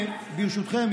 ברשותכם,